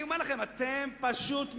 אני אומר לכם: אתם פשוט משתגעים.